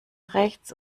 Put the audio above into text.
rechts